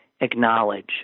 acknowledge